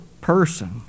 person